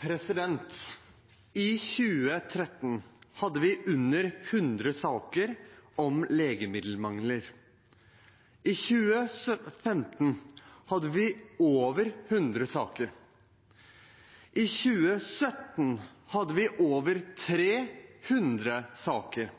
til. I 2013 hadde vi under 100 saker om legemiddelmangel. I 2015 hadde vi over 100 saker. I 2017 hadde vi over 300 saker.